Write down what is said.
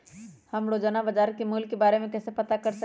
हम रोजाना बाजार के मूल्य के के बारे में कैसे पता कर सकली ह?